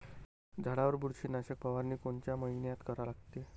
झाडावर बुरशीनाशक फवारनी कोनच्या मइन्यात करा लागते?